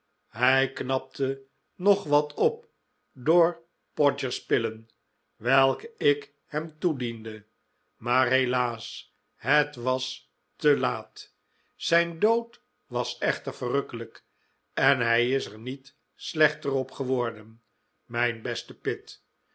hij knapte nog wat op door podgers pillen welke ik hem toediende maar helaas het was te laat zijn dood was echter verrukkelijk en hij is er niet slechter op geworden mijn beste pitt